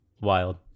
wild